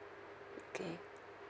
okay